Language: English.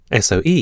SOE